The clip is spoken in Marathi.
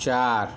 चार